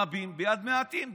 רבים ביד מעטים.